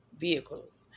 vehicles